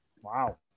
Wow